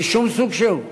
משום סוג שהוא.